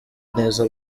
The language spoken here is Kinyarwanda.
neza